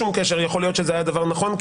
יכול להיות שזה היה דבר נכון,